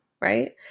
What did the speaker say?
right